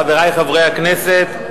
חברי חברי הכנסת,